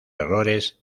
errores